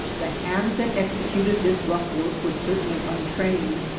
the hands that executed this rough work were certainly untrained.